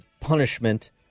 punishment